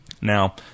Now